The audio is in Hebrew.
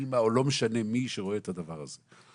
האמא או לא משנה מי שרואה את הדבר הזה.